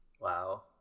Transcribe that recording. Wow